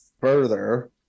further